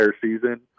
season